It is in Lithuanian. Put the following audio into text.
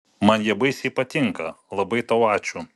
man jie baisiai patinka labai tau ačiū